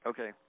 Okay